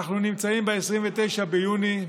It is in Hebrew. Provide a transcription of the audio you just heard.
אנחנו נמצאים ב-29 ביוני.